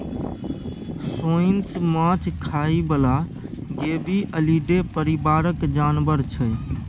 सोंइस माछ खाइ बला गेबीअलीडे परिबारक जानबर छै